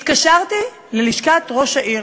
התקשרתי ללשכת ראש העיר